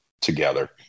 together